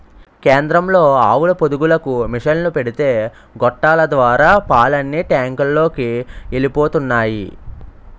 కేంద్రంలో ఆవుల పొదుగులకు మిసన్లు పెడితే గొట్టాల ద్వారా పాలన్నీ టాంకులలోకి ఎలిపోతున్నాయి